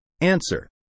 Answer